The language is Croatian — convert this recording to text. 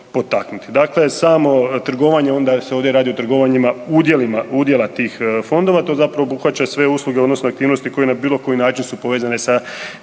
Dakle samo trgovanje onda se ovdje radi o trgovanjima udjela tih fondova, to zapravo obuhvaća sve usluge odnosno aktivnosti koje na bilo koji način su povezane sa distribucijom